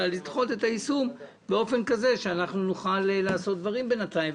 אלא לדחות את היישום באופן כזה שנוכל לעשות דברים בינתיים.